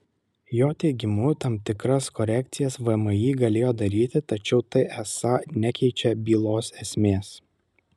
jo teigimu tam tikras korekcijas vmi galėjo daryti tačiau tai esą nekeičia bylos esmės